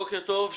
בוקר טוב,